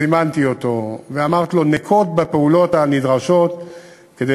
זימנתי אותו ואמרתי לו: נקוט את הפעולות הנדרשות כדי